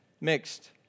mixed